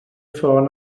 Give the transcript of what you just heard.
ffôn